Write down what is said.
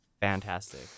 fantastic